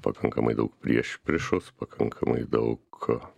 pakankamai daug priešpriešos pakankamai daug